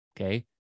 Okay